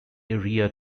area